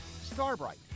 Starbright